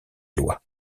lois